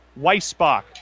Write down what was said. Weissbach